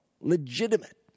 legitimate